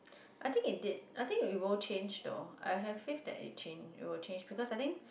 I think it did I think it will change though I have fate that it change it will change because I think